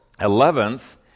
Eleventh